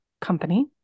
company